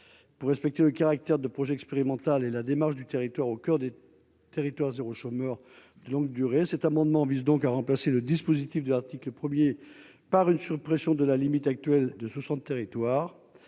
pour respecter le caractère de projet expérimental et la démarche du territoire au coeur des territoires zéro, chômeur de longue durée, cet amendement vise donc à remplacer le dispositif de l'article 1er par une suppression de la limite actuelle de 60, territoire,